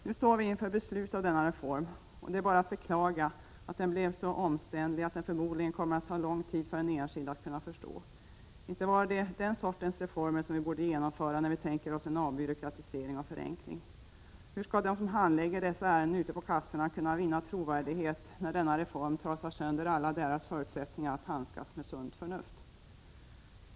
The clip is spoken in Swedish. Nu står vi inför beslut om denna reform, och det är bara att beklaga att den blev så omständlig att det förmodligen kommer att ta lång tid för en enskild att förstå den. Inte är det den sortens reformer vi bör genomföra om vi tänker oss en avbyråkratisering och förenkling! Hur skall de som handlägger dessa ärenden ute på kassorna kunna vinna trovärdighet, när denna reform trasar sönder alla deras förutsättningar att handlägga ärendena med sunt förnuft?